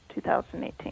2018